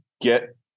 get